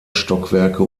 stockwerke